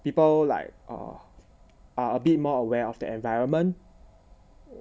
people like err are a bit more aware of the environment